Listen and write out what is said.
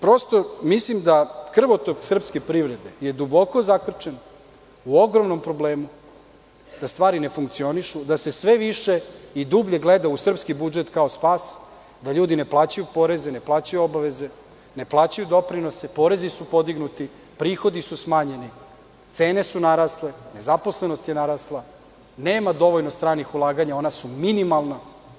Prosto mislim da krvotok srpske privrede je duboko zakrčen u ogromnom problemu, da stvari ne funkcionišu, da se sve više i dublje gleda u srpski budžet kao spas, da ljudi ne plaćaju porez, ne plaćaju obaveze, ne plaćaju doprinose, porezi su podignuti, prihodi su smanjeni, cene su narasle, zaposlenost je narasla, nema dovoljno stranih u laganja, ona su minimalna.